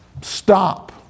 stop